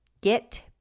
get